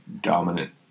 dominant